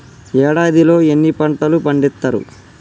ఏడాదిలో ఎన్ని పంటలు పండిత్తరు?